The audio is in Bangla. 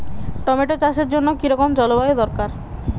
টমেটো চাষের জন্য কি রকম জলবায়ু দরকার?